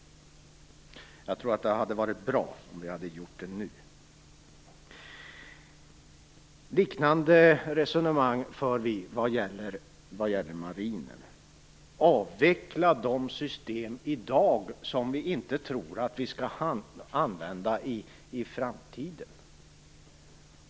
Jag tror att det hade varit bra om vi hade gjort det nu. Liknande resonemang för vi i Vänsterpartiet vad gäller marinen. Avveckla de system i dag som vi inte tror att vi skall använda i framtiden.